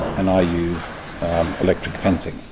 and i use electric fencing,